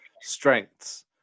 strengths